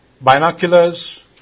binoculars